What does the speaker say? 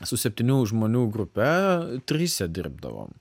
su septynių žmonių grupe trise dirbdavom